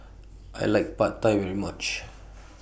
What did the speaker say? I like Pad Thai very much